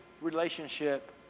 relationship